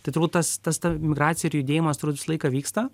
tai turbūt tas tas ta migracija ir judėjimas turbūt visą laiką vyksta